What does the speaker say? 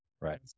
Right